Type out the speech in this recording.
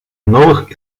новых